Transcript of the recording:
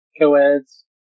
co-eds